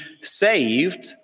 saved